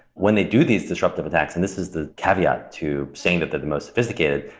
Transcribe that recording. when they do these disruptive attacks, and this is the caveat to saying that that the most sophisticated,